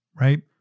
right